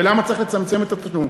ולמה צריך לצמצם את התשלום?